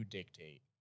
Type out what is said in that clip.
dictate